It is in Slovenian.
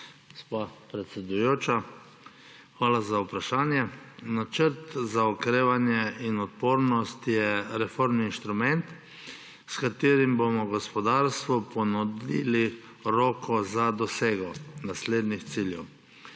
gospa predsedujoča! Hvala za vprašanje. Načrt za okrevanje in odpornost je reformni inštrument, s katerim bomo gospodarstvu ponudili roko za dosego naslednjih ciljev: